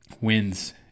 wins –